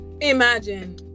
imagine